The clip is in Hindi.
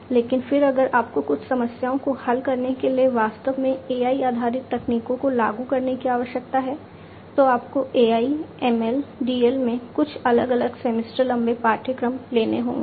लेकिन फिर अगर आपको कुछ समस्याओं को हल करने के लिए वास्तव में AI आधारित तकनीकों को लागू करने की आवश्यकता है तो आपको AI ML DL में अलग अलग सेमेस्टर लंबे पाठ्यक्रम लेने होंगे